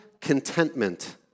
contentment